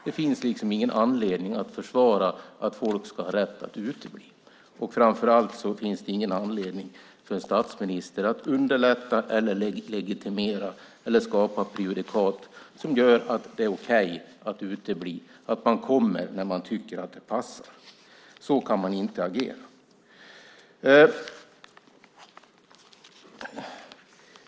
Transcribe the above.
Det finns ingen anledning att försvara att folk ska ha rätt att utebli. Framför allt finns det ingen anledning för en statsminister att underlätta, legitimera eller skapa prejudikat som gör att det är okej att utebli - att man kommer när man tycker att det passar. Så kan man inte agera.